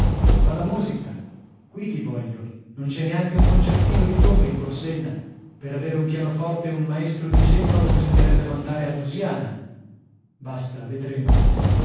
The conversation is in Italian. ma la musica qui ti voglio non c'è neanche un concertino di trombe in corsenna per avere un pianoforte e un maestro al cembalo bisognerebbe mandare a dusiana basta vedremo